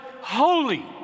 holy